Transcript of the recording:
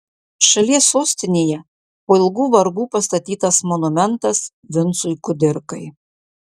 šalies sostinėje po ilgų vargų pastatytas monumentas vincui kudirkai